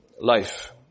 life